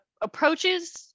approaches